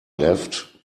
left